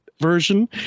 version